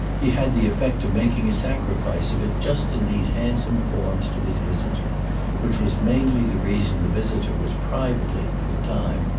he had the effect of making a sacrifice of it just in these handsome forms to his visitor which was mainly the reason the visitor was privately, for the time,